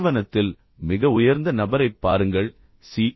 நிறுவனத்தில் மிக உயர்ந்த நபரைப் பாருங்கள் சி